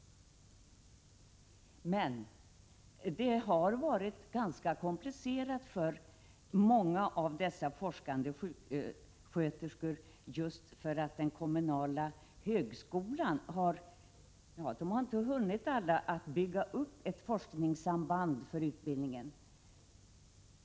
Men det har varit ganska komplicerat för många av dessa forskande sjuksköterskor därför att I inte alla kommunala högskolor har hunnit bygga upp ett forskningssamarbete för utbildningen.